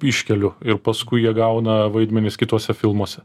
iškeliu ir paskui jie gauna vaidmenis kituose filmuose